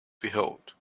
behold